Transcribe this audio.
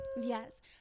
Yes